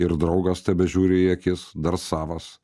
ir draugas tebežiūri į akis dar savas